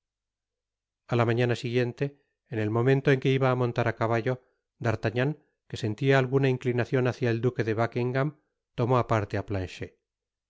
a la mañana siguiente en el momento en que iba á montar á caballo d'ar content from google book search generated at tagnan que sentía alguna inclinacion hácia el duque de buckingam tomó á parte